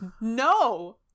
No